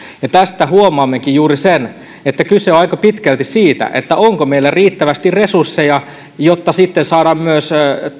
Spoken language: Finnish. ja tästä huomaammekin juuri sen että kyse on aika pitkälti siitä onko meillä riittävästi resursseja jotta sitten saadaan myös